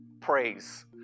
praise